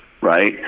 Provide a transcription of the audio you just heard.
right